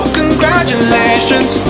congratulations